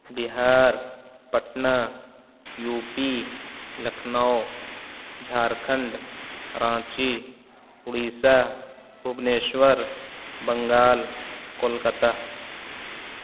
Bihar Patna U P Lucknow Jharkhand Ranchi Orissa Bhubaneswar Bengal Kolkata